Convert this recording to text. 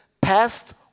passed